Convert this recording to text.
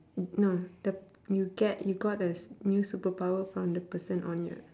no the you get you got a s~ new superpower from the person on your